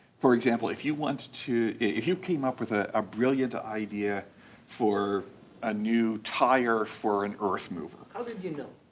for example, if you want to if you came up with a ah brilliant idea for a new tire, for an earth mover how did you know?